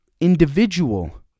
Individual